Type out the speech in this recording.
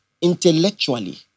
intellectually